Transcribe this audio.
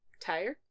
Tired